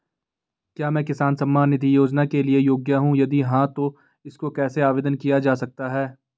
क्या मैं किसान सम्मान निधि योजना के लिए योग्य हूँ यदि हाँ तो इसको कैसे आवेदन किया जा सकता है?